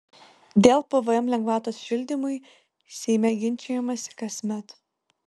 dėl pvm lengvatos šildymui seime ginčijamasi kasmet